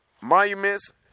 Monuments